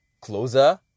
closer